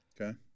Okay